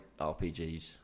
RPGs